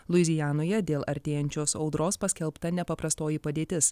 luizianoje dėl artėjančios audros paskelbta nepaprastoji padėtis